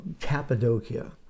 Cappadocia